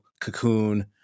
Cocoon